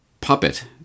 puppet